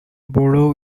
borrow